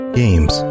games